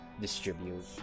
distribute